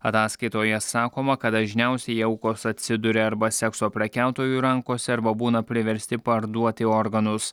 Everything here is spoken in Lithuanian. ataskaitoje sakoma kad dažniausiai aukos atsiduria arba sekso prekiautojų rankose arba būna priversti parduoti organus